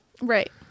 Right